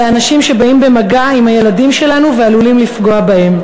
האנשים שבאים במגע עם הילדים שלנו ועלולים לפגוע בהם.